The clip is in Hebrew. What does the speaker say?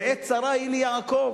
שעת צרה היא ליעקב,